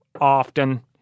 often